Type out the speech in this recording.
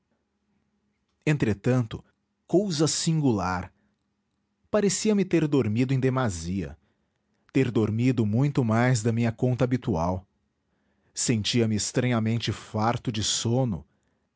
entretanto cousa singular parecia-me ter dormido em demasia ter dormido muito mais da minha conta habitual sentia-me estranhamente farto de sono